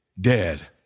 dead